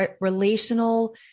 relational